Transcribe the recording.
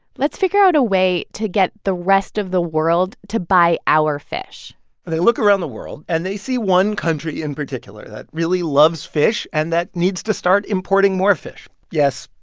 let's figure out a way to get the rest of the world to buy our fish they look around the world, and they see one country in particular that really loves fish and that needs to start importing more fish yes,